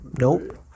nope